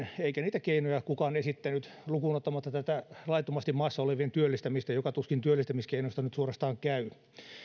eikä niitä keinoja kukaan esittänyt lukuun ottamatta tätä laittomasti maassa olevien työllistämistä joka tuskin työllistämiskeinoista nyt suorastaan käy